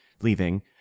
leaving